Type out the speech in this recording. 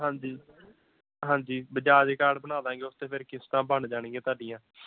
ਹਾਂਜੀ ਹਾਂਜੀ ਬਜਾਜ ਕਾਰਡ ਬਣਾ ਦਾਂਗੇ ਉਸ 'ਤੇ ਫਿਰ ਕਿਸ਼ਤਾਂ ਬਣ ਜਾਣਗੀਆਂ ਤੁਹਾਡੀਆਂ